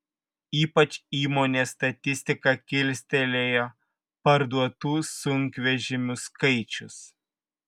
ypač įmonės statistiką kilstelėjo parduotų sunkvežimių skaičius